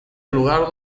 lugar